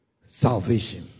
salvation